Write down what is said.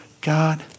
god